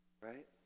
Right